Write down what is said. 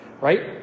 Right